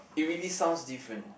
it really sounds different